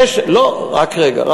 לא, רק רגע.